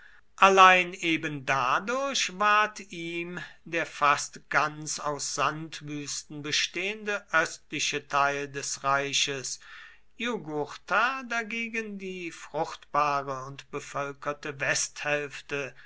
allein eben dadurch ward ihm der fast ganz aus sandwüsten bestehende östliche teil des reiches jugurtha dagegen die fruchtbare und bevölkerte westhälfte